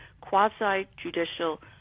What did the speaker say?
quasi-judicial